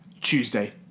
Tuesday